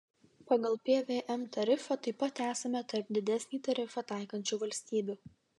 pagal pvm tarifą taip pat esame tarp didesnį tarifą taikančių valstybių